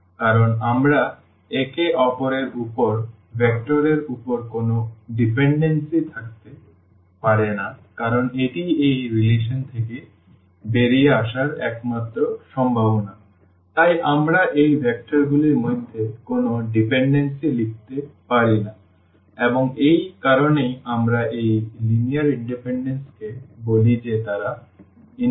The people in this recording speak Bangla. কারণ আমরা একে অপরের উপর ভেক্টর এর উপর কোনও নির্ভরশীলতা থাকতে পারে না কারণ এটিই এই সম্পর্ক থেকে বেরিয়ে আসার একমাত্র সম্ভাবনা তাই আমরা এই ভেক্টরগুলির মধ্যে কোনও নির্ভরশীলতা লিখতে পারি না এবং এই কারণেই আমরা এই লিনিয়ার ইনডিপেনডেন্সকে বলি যে তারা স্বাধীন